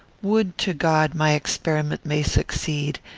would to god my experiment may succeed,